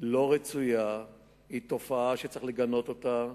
לא רצויה, היא תופעה שצריך לגנות אותה,